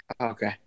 Okay